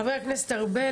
חבר הכנסת ארבל,